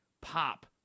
pop